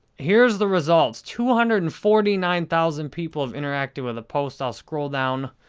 here's the results. two hundred and forty nine thousand people have interacted with the post. i'll scroll down.